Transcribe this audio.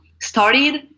started